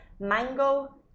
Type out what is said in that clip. Mango